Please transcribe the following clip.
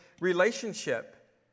relationship